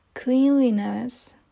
Cleanliness